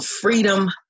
freedom